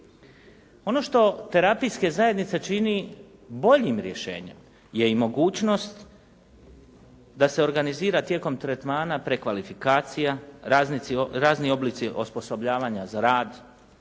Ono što terapijske zajednice čini boljim rješenjem je i mogućnost da se organizira tijekom tretmana prekvalifikacija, razni oblici osposobljavanja za rad